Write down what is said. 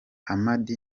hamad